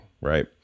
right